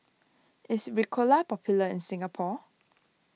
is Ricola popular in Singapore